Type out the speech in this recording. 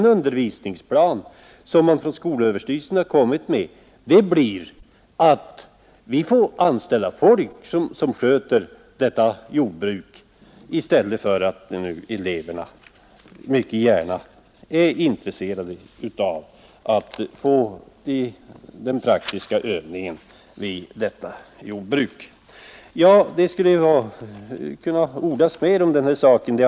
Kontentan av skolöverstyrelsens undervisningsplan blir att vi får anställa folk som sköter dessa jordbruk i stället för eleverna som är mycket intresserade av att få den praktiska övningen vid detta jordbruk. Det skulle kunna ordas mer om denna sak. Bl.